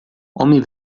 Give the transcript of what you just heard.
homem